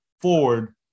forward